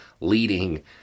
leading